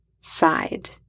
side